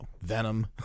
Venom